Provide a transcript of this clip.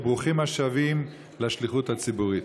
וברוכים השבים לשליחות הציבורית.